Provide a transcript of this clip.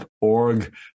org